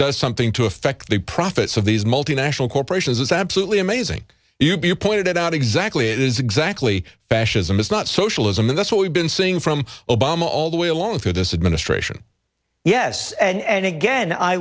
does something to affect the profits of these multinational corporations it's absolutely amazing you pointed that out exactly it is exactly fascism is not socialism and that's what we've been seeing from obama all the way along through this administration yes and again i